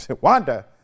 Wanda